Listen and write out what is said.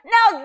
Now